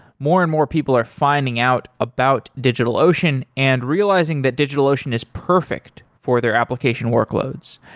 more and more people are finding out about digitalocean and realizing that digitalocean is perfect for their application workloads.